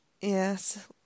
Yes